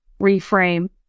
reframe